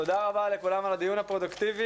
תודה רבה לכולם על הדיון הפרודוקטיבי.